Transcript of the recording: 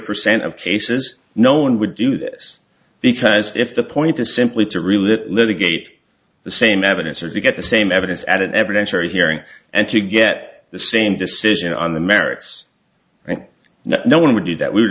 percent of cases no one would do this because if the point is simply to relive litigate the same evidence or to get the same evidence at an evidence or hearing and to get the same decision on the merits and no one would do that we would